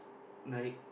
like